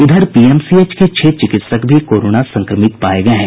इधर पीएमसीएच के छह चिकित्सक भी कोरोना संक्रमित पाये गये हैं